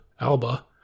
Alba